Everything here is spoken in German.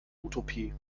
utopie